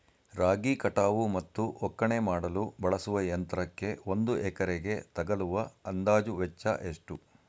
ರಾಗಿ ಕಟಾವು ಮತ್ತು ಒಕ್ಕಣೆ ಮಾಡಲು ಬಳಸುವ ಯಂತ್ರಕ್ಕೆ ಒಂದು ಎಕರೆಗೆ ತಗಲುವ ಅಂದಾಜು ವೆಚ್ಚ ಎಷ್ಟು?